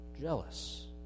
jealous